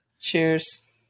cheers